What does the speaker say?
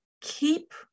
keep